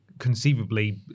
conceivably